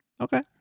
Okay